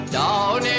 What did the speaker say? down